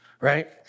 right